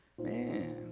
man